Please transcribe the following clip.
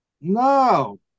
no